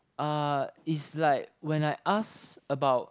uh is like when I ask about